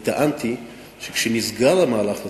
אני טענתי שכשנסגר המהלך הזה,